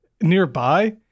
nearby